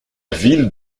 ville